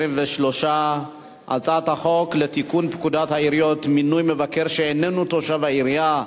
23. הצעת החוק לתיקון פקודת העיריות (מינוי מבקר שאיננו תושב העירייה),